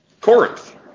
Corinth